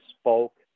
spoke